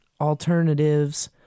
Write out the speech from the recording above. alternatives